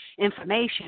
information